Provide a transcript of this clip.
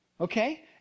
Okay